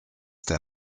der